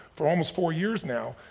for almost four years now,